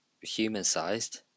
human-sized